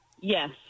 Yes